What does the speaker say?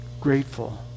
grateful